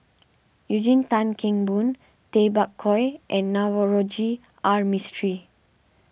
Eugene Tan Kheng Boon Tay Bak Koi and Navroji R Mistri